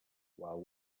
while